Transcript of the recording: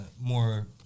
more